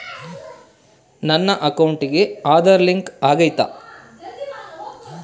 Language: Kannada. ನನ್ನ ಅಕೌಂಟಿಗೆ ಆಧಾರ್ ಲಿಂಕ್ ಆಗೈತಾ?